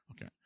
Okay